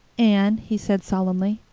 anne, he said solemnly,